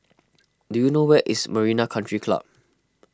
do you know where is Marina Country Club